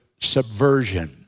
subversion